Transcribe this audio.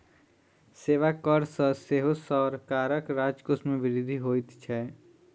सेवा कर सॅ सेहो सरकारक राजकोष मे वृद्धि होइत छै